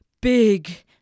Big